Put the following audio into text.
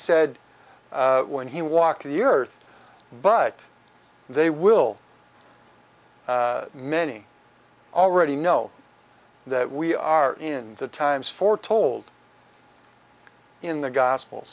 said when he walked the earth but they will many already know that we are in the times foretold in the gospel